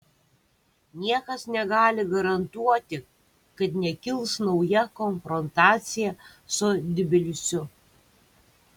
niekas negali garantuoti kad nekils nauja konfrontacija su tbilisiu